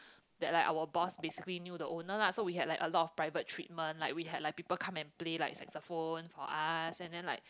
that like our boss basically knew the owner lah so we had like a lot of private treatment like we had like people come and play saxaphone for us and then like